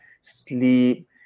sleep